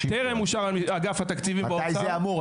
אבל זה טרם אושר באגף התקציבים באוצר --- מתי זה אמור להיות מאושר?